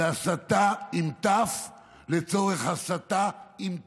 זו הסתה עם תי"ו לצורך הסטה עם טי"ת.